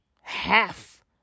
half